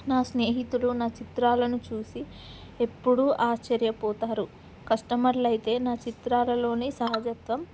నా స్నేహితులు నా చిత్రాలను చూసి ఎప్పుడూ ఆశ్చర్యపోతారు కస్టమర్లయితే నా చిత్రాలలోని సహజత్వం